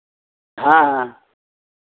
हाँ हाँ